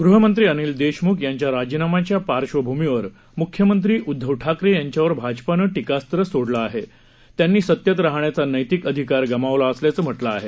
गृहमंत्री अनिल देशम्ख यांच्या राजीनाम्याच्या पार्श्वभूमीवर म्ख्यमंत्री उद्धव ठाकरे यांच्यावर भाजपानं टीकास्त्र सोडलं असून त्यांनी सतेत राहण्याचा नैतिक अधिकार गमावला असल्याचं म्हटलं आहे